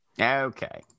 Okay